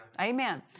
Amen